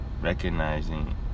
recognizing